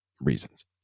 reasons